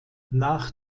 nach